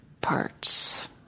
parts